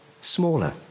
smaller